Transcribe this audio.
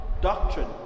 doctrine